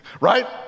Right